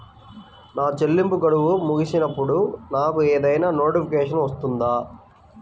నా చెల్లింపు గడువు ముగిసినప్పుడు నాకు ఏదైనా నోటిఫికేషన్ వస్తుందా?